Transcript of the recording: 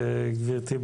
גברתי,